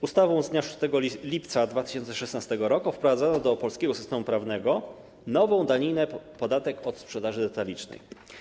Ustawą z dnia 6 lipca 2016 r. wprowadzono do polskiego systemu prawnego nową daninę - podatek od sprzedaży detalicznej.